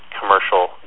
commercial